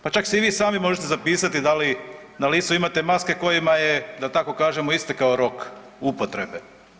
Pa čak se i vi sami možete zapitati da li na licu imate maske kojima je da tako kažemo istekao rok upotrebe.